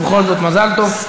ובכל זאת מזל טוב.